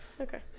Okay